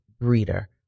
breeder